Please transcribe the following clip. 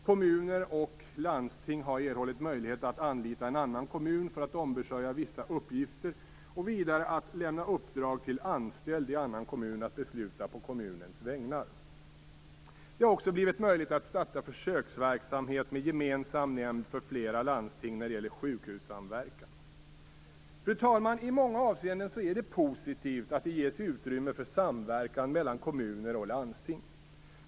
Kommuner och landsting har erhållit möjlighet att anlita en annan kommun för att ombesörja vissa uppgifter och vidare att lämna uppdrag till anställd i annan kommun att besluta på kommunens vägnar. Det har också blivit möjligt att starta försöksverksamhet med gemensam nämnd för flera landsting när det gäller sjukhussamverkan. Fru talman! I många avseenden är det positivt att det ges utrymme för samverkan mellan kommuner och landsting.